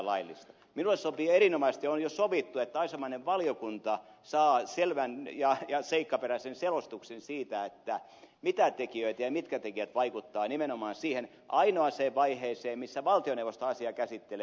minulle sopii erinomaisesti on jo sovittu että asianomainen valiokunta saa selvän ja seikkaperäisen selostuksen siitä mitkä tekijät vaikuttavat nimenomaan siihen ainoaan vaiheeseen missä valtioneuvosto asiaa käsittelee